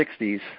1960s